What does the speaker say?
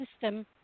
system